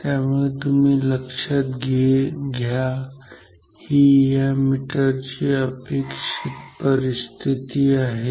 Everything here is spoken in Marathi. त्यामुळे तुम्ही लक्षात घ्या ही या मीटरची अपेक्षित परिस्थिती आहे